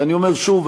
ואני אומר שוב,